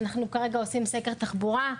כרגע אנחנו עושים סקר תחבורה,